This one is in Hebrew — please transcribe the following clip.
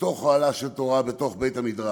בתוך אוהלה של תורה, בתוך בית-המדרש.